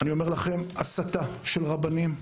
הייתה הסתה של רבנים,